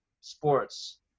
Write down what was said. sports